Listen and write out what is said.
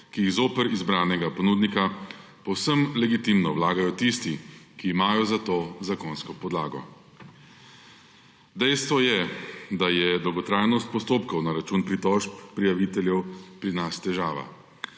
ki jih zoper izbranega ponudnika povsem legitimno vlagajo tisti, ki imajo za to zakonsko podlago. Dejstvo je, da je dolgotrajnost postopkov na račun pritožb prijaviteljev pri nas težava.